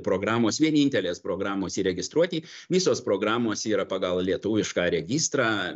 programos vienintelės programos įregistruoti visos programos yra pagal lietuvišką registrą